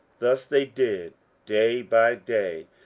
thus they did day by day,